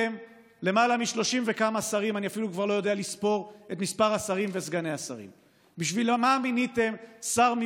משא ומתן על גבם של כ-40,000 סטודנטיות וסטודנטים שלא